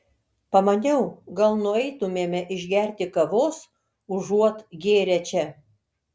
pamaniau gal nueitumėme išgerti kavos užuot gėrę čia